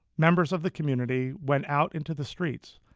members of the community went out into the streets,